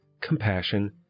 compassion